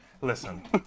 listen